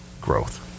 growth